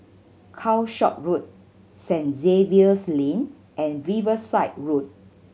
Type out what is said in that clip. Calshot Road St Xavier's Lane and Riverside Road